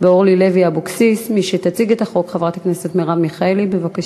חוק ומשפט.